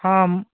ହଁ